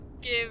give